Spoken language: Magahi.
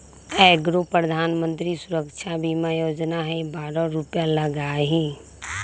एगो प्रधानमंत्री सुरक्षा बीमा योजना है बारह रु लगहई?